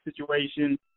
situation